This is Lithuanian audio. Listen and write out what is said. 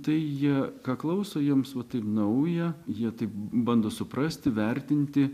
tai jie ką klauso jiems va tai nauja jie taip bando suprasti vertinti